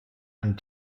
and